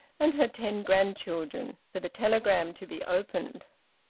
and her ten grandchildren, for the telegram to be opened.